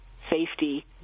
safety